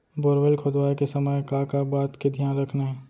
Borewell खोदवाए के समय का का बात के धियान रखना हे?